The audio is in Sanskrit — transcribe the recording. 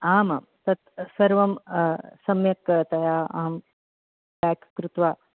आमां तत् सर्वं सम्यक्तया अहं पेक् कृत्वा